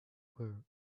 were